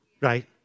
right